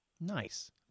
Nice